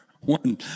one